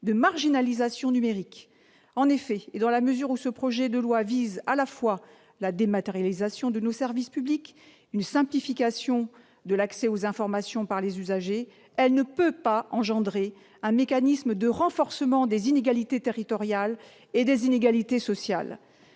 de marginalisation numérique. En effet, dans la mesure où ce projet de loi vise à la fois à la dématérialisation de nos services publics et à une simplification de l'accès aux informations par les usagers, il ne saurait créer un mécanisme de renforcement des inégalités territoriales et sociales.